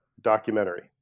documentary